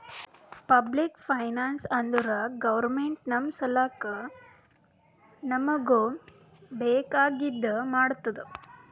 public finance ಅಂದುರ್ government ನಮ್ ಸಲ್ಯಾಕ್ ನಮೂಗ್ ಬೇಕ್ ಆಗಿದ ಮಾಡ್ತುದ್